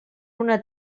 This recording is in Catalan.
una